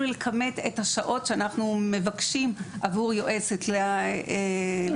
לכמת את השעות שאנחנו מבקשים עבור יועצת לכיתה.